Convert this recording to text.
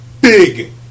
big